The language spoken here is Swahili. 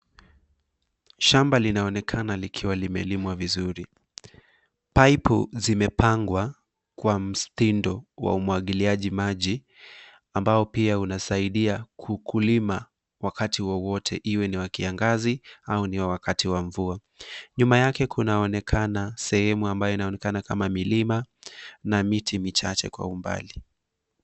Shamba linaonekana likiwa limelimwa vizuri. Paipu zimepangwa kwa mtindo wa umwagiliaji maji ambao pia unasaidia kulima wakati wowote iwe ni wa kiangazi au ni wa wakati wa mvua. Nyuma yake kunaonekana sehemu ambayo inaonekana kama milima na miti michache kwa umbali.